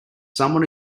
someone